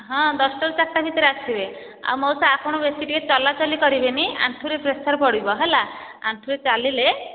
ହଁ ଦଶଟାରୁ ଚାରିଟା ଭିତରେ ଆସିବେ ଆଉ ମଉସା ଆପଣ ବେଶୀ ଟିକିଏ ଚଲାଚଲି କରିବେନି ଆଣ୍ଠୁରେ ପ୍ରେସର୍ ପଡ଼ିବ ହେଲା ଆଣ୍ଠୁରେ ଚାଲିଲେ